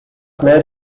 may